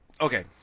okay